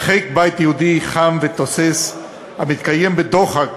בחיק בית יהודי חם ותוסס המתקיים בדוחק